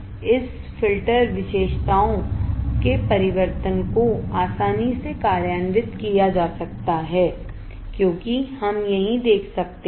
इस फ़िल्टर विशेषताओं के परिवर्तन को आसानी से कार्यान्वित किया जा सकता है क्योंकि हम यहीं देख सकते हैं